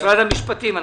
משרד המשפטים.